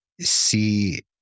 see